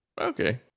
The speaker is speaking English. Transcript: Okay